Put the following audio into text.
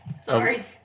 Sorry